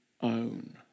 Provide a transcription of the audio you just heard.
own